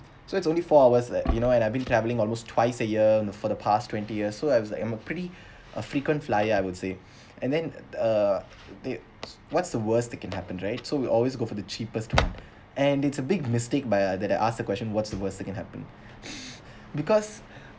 so it's only four hours like you know and I've been travelling almost twice a year for the past twenty years so I was like I'm a pretty a frequent flyer I would say and then uh they what's the worst that can happen right so we always go for the cheapest one and it's a big mistake by uh that they ask the question what's the worst thing can happen because